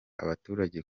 abaturage